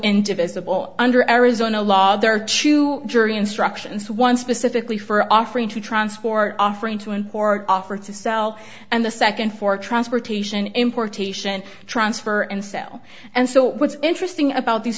indivisible under arizona law there are two jury instructions one specifically for offering to transport offering to import offer to sell and the second for transportation importation transfer and sale and so what's interesting about these